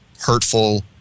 hurtful